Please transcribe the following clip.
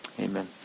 Amen